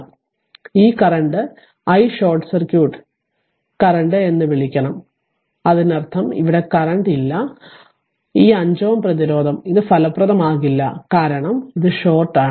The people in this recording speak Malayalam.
അതിനാൽ ഈ current i short circuit short circuit current എന്ന് വിളിക്കുന്നു അതിനർത്ഥം ഇവിടെ കറന്റ് ഇല്ല5 ഈ 5 Ω ൻറെ പ്രതിരോധം ഇത് ഫലപ്രദമാകില്ല കാരണം ഇത് ഷോർട്ട് ആണ്